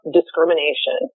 discrimination